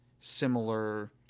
similar